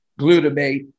glutamate